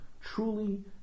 truly